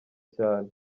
cyane